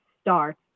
start